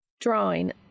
Drawing